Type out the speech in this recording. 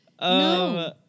No